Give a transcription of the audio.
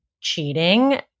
cheating